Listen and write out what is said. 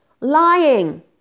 lying